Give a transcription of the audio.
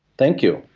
thank you,